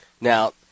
Now